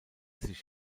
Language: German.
sich